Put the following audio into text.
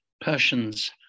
Persians